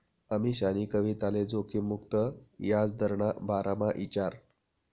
अमीशानी कविताले जोखिम मुक्त याजदरना बारामा ईचारं